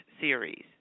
series